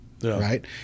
right